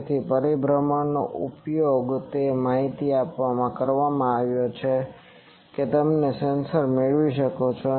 તેથી પરિભ્રમણનો ઉપયોગ તે માહિતી આપવા માટે કરવામાં આવ્યો હતો કે તમે સેન્સરથી મેળવી શકો છો